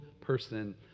person